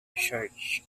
church